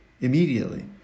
immediately